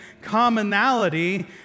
commonality